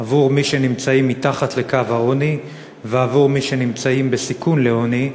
עבור מי שנמצאים מתחת לקו העוני ועבור מי שנמצאים בסיכון לעוני,